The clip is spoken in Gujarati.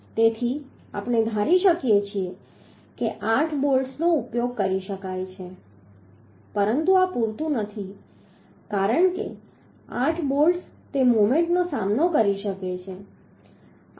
તેથી આપણે ધારી શકીએ કે 8 બોલ્ટ્સનો ઉપયોગ કરી શકાય છે પરંતુ આ પૂરતું નથી કારણ કે 8 બોલ્ટ્સ તે મોમેન્ટનો સામનો કરી શકે છે